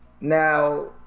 Now